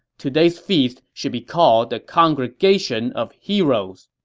today's feast should be called the congregation of heroes.